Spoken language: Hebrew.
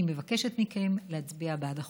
אני מבקשת מכם להצביע בעד החוק.